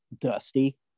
Dusty